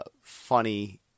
funny